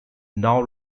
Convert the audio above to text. now